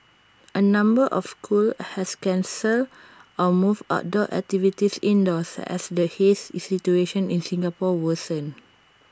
A number of school have cancelled or moved outdoor activities indoors as the haze situation in Singapore worsens